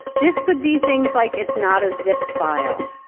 this could be things like it's not a zip file.